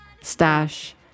stash